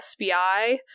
sbi